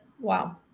wow